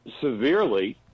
severely